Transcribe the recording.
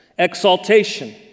exaltation